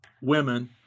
women